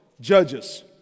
Judges